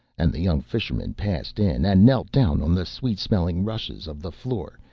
and the young fisherman passed in, and knelt down on the sweet smelling rushes of the floor,